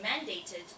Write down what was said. mandated